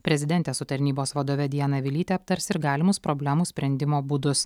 prezidentė su tarnybos vadove diana vilyte aptars ir galimus problemų sprendimo būdus